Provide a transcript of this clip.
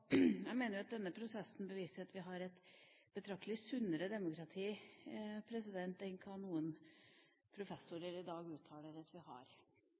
Jeg mener at denne prosessen beviser at vi har et betraktelig sunnere demokrati enn hva noen professorer i dag uttaler at vi har.